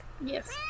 Yes